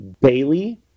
Bailey